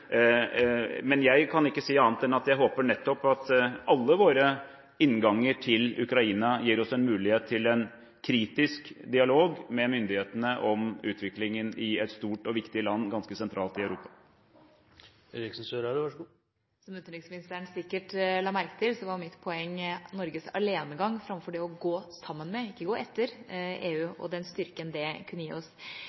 Jeg kan ikke si annet enn at jeg håper at alle våre innganger til Ukraina gir oss en mulighet til en kritisk dialog med myndighetene om utviklingen i et stort og viktig land, ganske sentralt i Europa. Som utenriksministeren sikkert la merke til, var mitt poeng Norges alenegang framfor det å gå sammen med – ikke etter – EU,